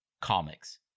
comics